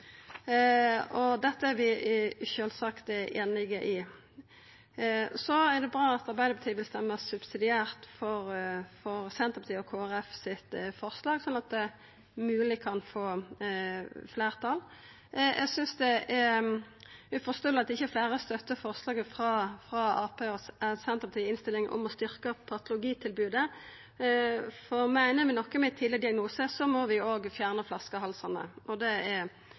Dette er vi sjølvsagt einige i. Det er bra at Arbeidarpartiet vil stemma subsidiært for Senterpartiet og Kristeleg Folkeparti sitt forslag slik at det kanskje kan få fleirtal. Eg synest det er uforståeleg at ikkje fleire støttar forslaget frå Arbeidarpartiet og Senterpartiet i innstillinga om å styrkja patologitilbodet, for meiner vi noko med tidleg diagnose, må vi òg fjerna flaskehalsane, og det er